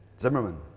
Zimmerman